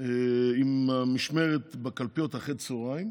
עם המשמרת בקלפיות אחרי הצוהריים,